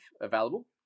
available